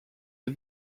est